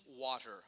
water